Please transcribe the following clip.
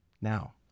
Now